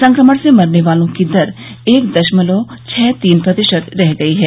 संक्रमण से मरने वालों की दर एक दशमलव छह तीन प्रतिशत रह गई है